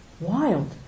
wild